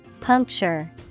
Puncture